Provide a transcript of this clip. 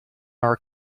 our